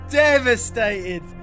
devastated